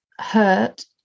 hurt